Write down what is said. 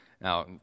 Now